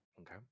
Okay